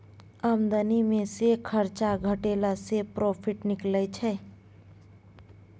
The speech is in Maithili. आमदनी मे सँ खरचा घटेला सँ प्रोफिट निकलै छै